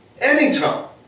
Anytime